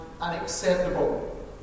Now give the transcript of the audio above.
unacceptable